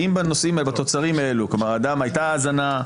האם בתוצרים האלה הייתה האזנה?